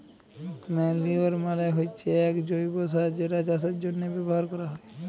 ম্যালইউর মালে হচ্যে এক জৈব্য সার যেটা চাষের জন্হে ব্যবহার ক্যরা হ্যয়